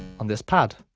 on this pad